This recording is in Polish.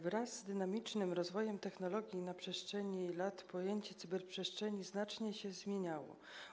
Wraz z dynamicznym rozwojem technologii na przestrzeni lat pojęcie cyberprzestrzeni znacznie się zmieniało.